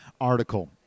article